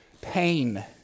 pain